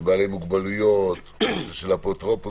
של בעלי מוגבלויות, הנושא של אפוטרופוסיות,